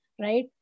right